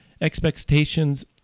expectations